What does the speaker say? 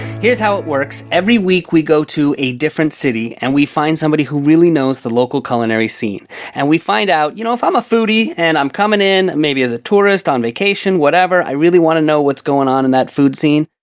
here's how it works, every week we go to a different city and we find somebody who really knows the local culinary scene and we find out, you know, if i'm a foodie and i'm coming in maybe as a tourist, on vacation, whatever, i really want to know what's going on in that food scene,